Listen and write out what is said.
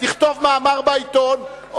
תכתוב מאמר בעיתון,